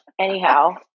Anyhow